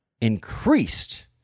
increased